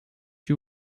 you